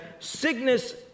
sickness